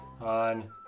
on